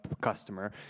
customer